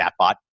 chatbot